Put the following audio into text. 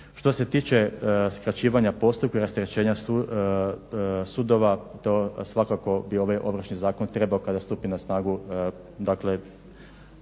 Što se tiče skraćivanja postupka, rasterećenja sudova to svakako bi ovaj Ovršni zakon trebao kada stupi na snagu.